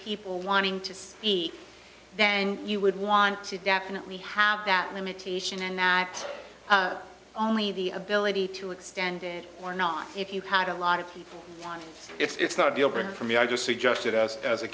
people wanting to speak then you would want to definitely have that limitation and not only the ability to extend it or not if you had a lot of people it's not a deal breaker for me i just suggested us as a